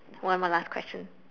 one more last question